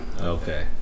Okay